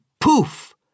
poof